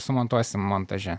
sumontuosim montaže